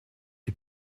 est